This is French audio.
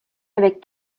avec